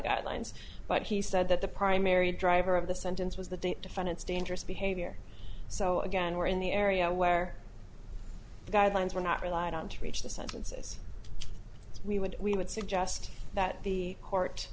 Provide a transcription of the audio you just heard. at lines but he said that the primary driver of the sentence was the date defendant's dangerous behavior so again we're in the area where the guidelines were not relied on to reach the sentences we would we would suggest that the court